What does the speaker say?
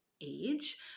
age